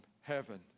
heaven